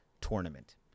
tournament